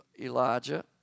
Elijah